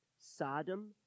Sodom